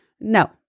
No